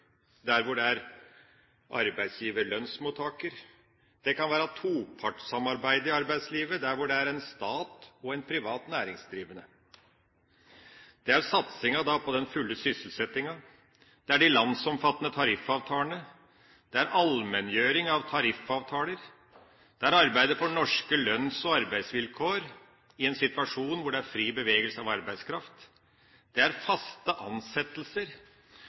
hvor det er stat, arbeidsgiver og lønnsmottaker, det kan være topartssamarbeid i arbeidslivet, hvor det er stat og en privat næringsdrivende, det er satsingen på den fulle sysselsettingen, det er de landsomfattende tariffavtalene, det er allmenngjøring av tariffavtaler, det er arbeidet for norske lønns- og arbeidsvilkår i en situasjon hvor det er fri bevegelse av arbeidskraft, det er